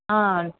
ஆ